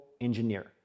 engineer